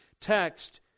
text